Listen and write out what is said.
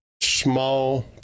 small